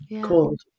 called